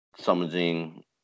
summoning